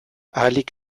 ahalik